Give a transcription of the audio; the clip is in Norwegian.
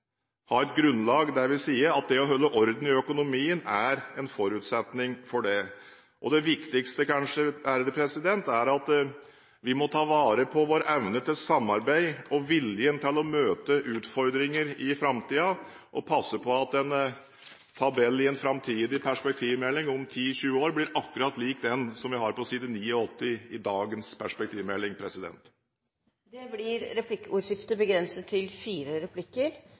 ha et grunnlag der vi sier at det å holde orden i økonomien er en forutsetning for det. Det kanskje viktigste er at vi må ta vare på vår evne til samarbeid og vår vilje til å møte utfordringer i framtiden, og vi må passe på at en tabell i en framtidig perspektivmelding – om 10–20 år – blir akkurat lik den vi har på side 89 i dagens perspektivmelding. Det blir replikkordskifte.